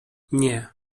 nie